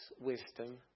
wisdom